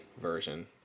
version